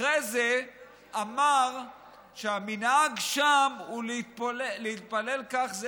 אחרי זה אמר שהמנהג שם הוא להתפלל כך,